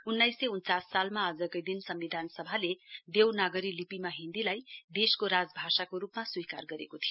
उन्नाइस सय उन्चास सालमा आजकै दिन सम्विधान सभाले देवनागरी लिपिमा हिन्दीलाई देशको राजभाषाको रुपम स्वीकार गरेको थियो